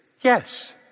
yes